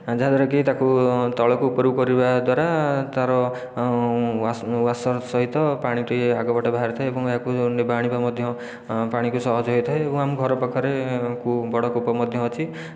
ଯାହାଦ୍ୱାରାକି ତାକୁ ତଳକୁ ଉପରକୁ କରିବା ଦ୍ୱାରା ତାର ୱାସ ୱାସର ସହିତ ପାଣିଟି ଆଗ ପଟେ ବାହାରିଥାଏ ଏବଂ ଏହାକୁ ନେବା ଆଣିବା ମଧ୍ୟ ପାଣିକୁ ସହଜ ହୋଇଥାଏ ଏବଂ ଆମ ଘର ପାଖରେ କୁ ବଡ଼ କୂପ ମଧ୍ୟ ଅଛି